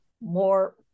more